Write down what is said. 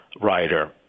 writer